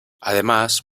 además